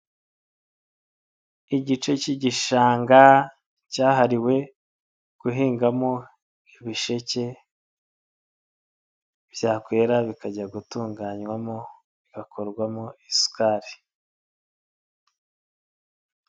Igice cy'igishanga cyahariwe guhingamo ibisheke, byakwera bikajya gutunganywamo bigakorwamo isukari.